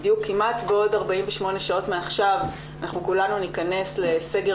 בדיוק כמעט בעוד 48 שעות מעכשיו אנחנו כולנו ניכנס לסגר